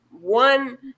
one